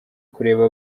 kureba